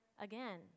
again